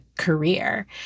career